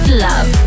Love